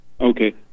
okay